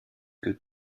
que